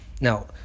Now